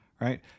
right